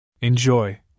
Enjoy